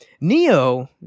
Neo